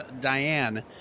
Diane